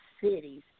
cities